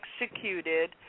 executed